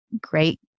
great